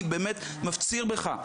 אני מפציר בך,